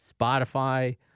Spotify